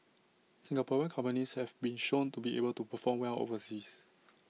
Singaporean companies have been shown to be able to perform well overseas